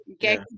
get